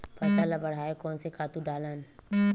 फसल ल बढ़ाय कोन से खातु डालन?